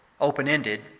open-ended